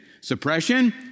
Suppression